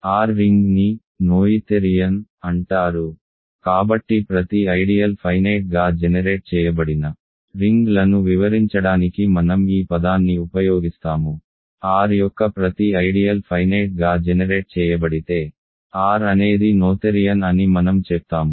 R రింగ్ని Noetherian అంటారు కాబట్టి ప్రతి ఐడియల్ ఫైనేట్ గా జెనెరేట్ చేయబడిన రింగ్లను వివరించడానికి మనం ఈ పదాన్ని ఉపయోగిస్తాము R యొక్క ప్రతి ఐడియల్ ఫైనేట్ గా జెనెరేట్ చేయబడితే R అనేది నోథెరియన్ అని మనం చెప్తాము